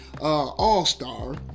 All-Star